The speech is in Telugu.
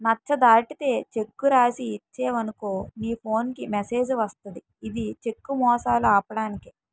నచ్చ దాటితే చెక్కు రాసి ఇచ్చేవనుకో నీ ఫోన్ కి మెసేజ్ వస్తది ఇది చెక్కు మోసాలు ఆపడానికే